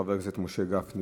חבר הכנסת משה גפני,